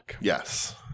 yes